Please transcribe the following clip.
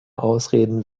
ausreden